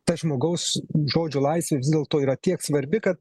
ta žmogaus žodžio laisvė vis dėlto yra tiek svarbi kad